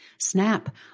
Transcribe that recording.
SNAP